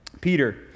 Peter